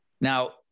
now